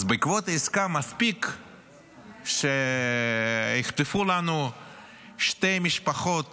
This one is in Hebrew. אז בעקבות העסקה, מספיק שיחטפו לנו שתי משפחות